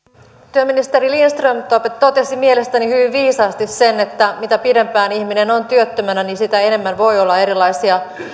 työministeri lindström totesi mielestäni hyvin viisaasti sen että mitä pidempään ihminen on työttömänä sitä enemmän voi olla erilaisia